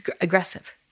aggressive